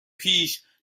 پیش